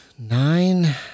Nine